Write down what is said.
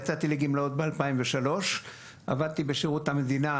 יצאתי לגמלאות בשנת 2003. אני עבדתי בשירות המדינה